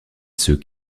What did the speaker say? ceux